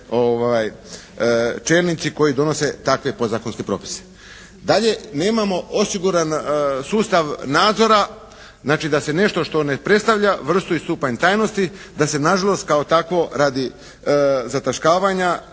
čelnici koji donose takve podzakonske propise. Dalje nemamo osiguran sustav nadzora znači da se nešto što ne predstavlja vrstu i stupanj tajnosti da se na žalost kao takvo radi zataškavanja